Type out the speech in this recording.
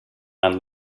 and